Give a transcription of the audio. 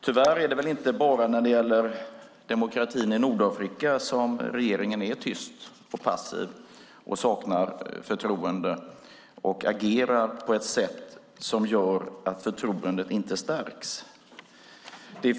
Tyvärr är det inte bara när det gäller demokratin i Nordafrika som regeringen är tyst, passiv, saknar förtroende och agerar på ett sätt som gör att förtroendet inte stärks.